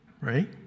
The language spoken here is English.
right